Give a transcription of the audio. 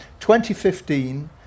2015